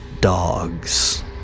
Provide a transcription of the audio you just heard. dogs